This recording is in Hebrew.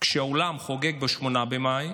כשהעולם חוגג ב-8 במאי,